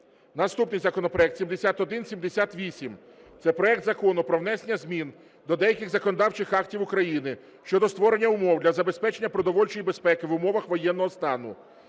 Наступний законопроект 7178 – це проект Закону про внесення змін до деяких законодавчих актів України щодо створення умов для забезпечення продовольчої безпеки в умовах воєнного стану.